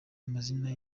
amazina